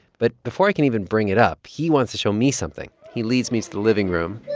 but before i can even bring it up, he wants to show me something. he leads me to the living room.